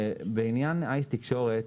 בעניין אייס תקשורת,